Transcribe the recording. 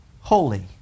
holy